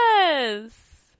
Yes